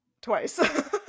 twice